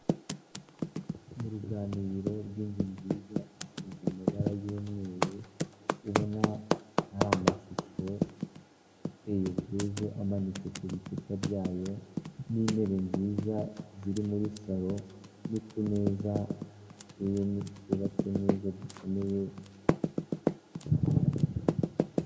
Mu ruganiriro rw'inzu nziza isize amabara y'umweru, ubona ari amashusho ateye ubwuzu amanitse ku bikuta byayo n'intebe nziza ziri muri salo n'utumeza duteye, ni twubake neza dukomeye.